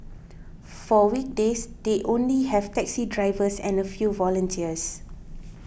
for weekdays they only have taxi drivers and a few volunteers